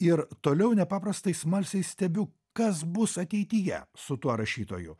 ir toliau nepaprastai smalsiai stebiu kas bus ateityje su tuo rašytoju